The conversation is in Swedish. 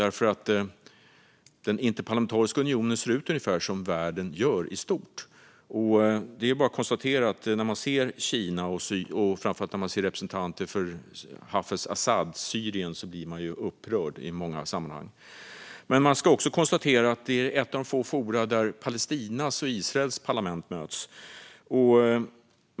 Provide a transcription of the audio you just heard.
Den interparlamentariska unionen ser ut ungefär som världen gör i stort, och det är bara att konstatera att när man ser Kina och framför allt när man ser representanter för Hafiz al-Asad, Syrien, blir man upprörd i många sammanhang. Men man ska också konstatera att IPU är ett av få forum där Palestinas och Israels parlament möts.